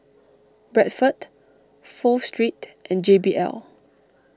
Bradford Pho Street and J B L